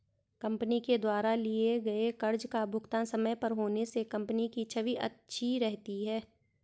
company के द्वारा लिए गए कर्ज का भुगतान समय पर होने से कंपनी की छवि अच्छी रहती है